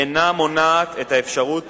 אינה מונעת את האפשרות